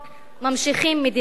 ממשיכים מדיניות,